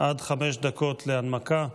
עד חמש דקות להנמקה.